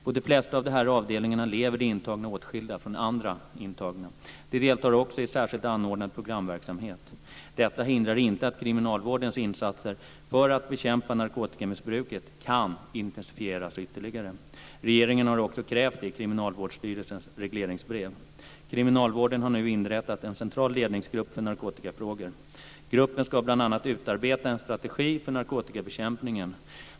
På de flesta av de här avdelningarna lever de intagna åtskilda från andra intagna. De deltar också i särskilt anordnad programverksamhet. Detta hindrar inte att kriminalvårdens insatser för att bekämpa narkotikamissbruket kan intensifieras ytterligare. Regeringen har också krävt det i Kriminalvårdsstyrelsens regleringsbrev. Kriminalvården har nu inrättat en central ledningsgrupp för narkotikafrågor. Gruppen ska bl.a. utarbeta en strategi för narkotikabekämpningen.